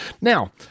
Now